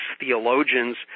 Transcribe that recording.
theologians